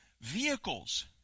vehicles